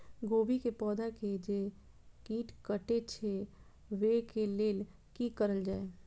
गोभी के पौधा के जे कीट कटे छे वे के लेल की करल जाय?